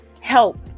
help